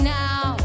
now